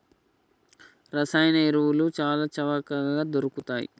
రసాయన ఎరువులు చాల చవకగ దొరుకుతయ్